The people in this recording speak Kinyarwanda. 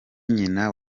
nyina